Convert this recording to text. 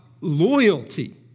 loyalty